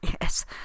Yes